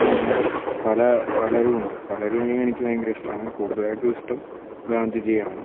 അങ്ങനെ പല പലരുമുണ്ട് പലരേം എനിക്ക് ഭയങ്കര ഇഷ്ടമാണ് കൂടുതലായിട്ടും ഇഷ്ട്ടം ഗാന്ധിജിയെ ആണ്